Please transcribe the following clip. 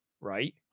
right